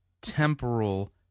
temporal